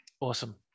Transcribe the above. Awesome